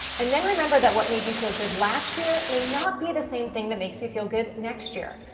and then remember that what made you feel good last year may not be the same thing that makes you feel good next year.